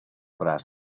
braç